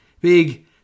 big